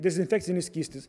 dezinfekcinis skystis